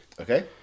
Okay